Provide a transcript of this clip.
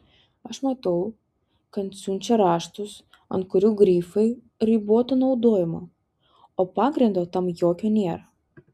aš matau kad siunčia raštus ant kurių grifai riboto naudojimo o pagrindo tam jokio nėra